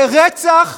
זה רצח,